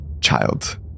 child